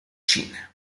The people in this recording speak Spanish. china